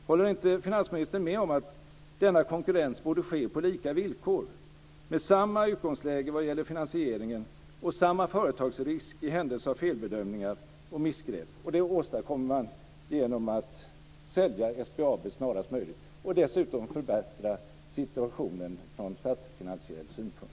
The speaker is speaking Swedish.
Håller inte finansministern med om att denna konkurrens borde ske på lika villkor, med samma utgångsläge vad gäller finansieringen och samma företagsrisk i händelse av felbedömningar och missgrepp? Det åstadkommer man genom att sälja SBAB snarast möjligt. Dessutom förbättras situationen från statsfinansiell synpunkt.